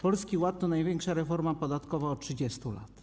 Polski Ład to największa reforma podatkowa od 30 lat.